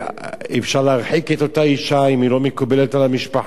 אפשר להרחיק את אותה אשה אם היא לא מקובלת על המשפחה,